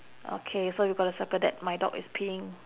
okay so you gotta circle that my dog is peeing